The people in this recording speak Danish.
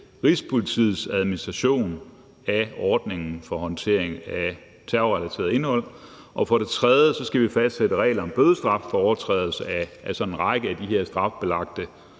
Rigspolitiets administration af ordningen for håndtering af terrorrelateret indhold. Og for det tredje skal vi fastsætte regler om bødestraf for overtrædelse af en række af de her strafbelagte